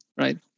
Right